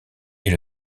est